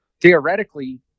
theoretically